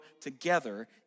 together